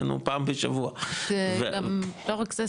הוא פעם בשבוע ו- -- ולא רק זה,